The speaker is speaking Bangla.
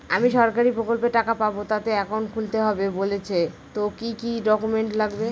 আমি সরকারি প্রকল্পের টাকা পাবো তাতে একাউন্ট খুলতে হবে বলছে তো কি কী ডকুমেন্ট লাগবে?